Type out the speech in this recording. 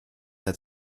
der